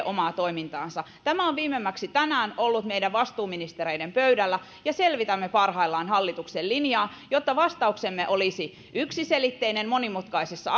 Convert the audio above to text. omaa toimintaansa tämä on viimemmäksi tänään ollut meidän vastuuministereiden pöydällä selvitämme parhaillaan hallituksen linjaa jotta vastauksemme olisi yksiselitteinen monimutkaisessa